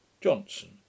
Johnson